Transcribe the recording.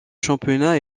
championnat